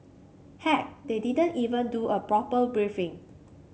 heck they didn't even do a proper briefing